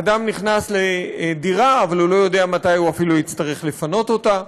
אדם נכנס לדירה אבל הוא לא יודע מתי הוא יצטרך לפנות אותה,